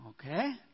Okay